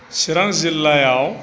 सिरां जिल्लायाव